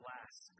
Last